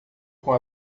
com